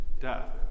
death